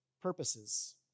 purposes